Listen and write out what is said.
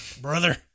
brother